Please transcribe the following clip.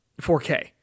4K